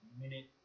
minute